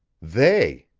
they!